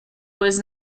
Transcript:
was